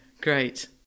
Great